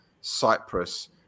Cyprus